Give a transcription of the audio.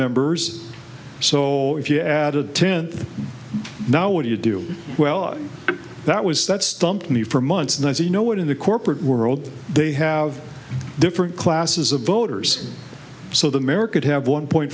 members so if you added ten now what do you do well that was that stumped me for months and i say you know what in the corporate world they have different classes of voters so the american have one point